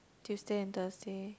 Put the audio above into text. Tuesday and Thursday